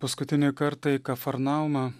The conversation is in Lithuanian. paskutinį kartą į kafarnaumą